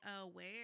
aware